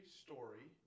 story